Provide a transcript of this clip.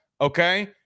okay